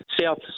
south